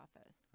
office